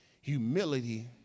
Humility